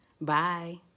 Bye